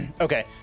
Okay